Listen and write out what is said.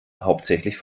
hauptsächlich